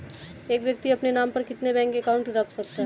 एक व्यक्ति अपने नाम पर कितने बैंक अकाउंट रख सकता है?